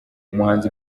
umuhanzi